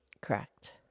Correct